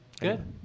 Good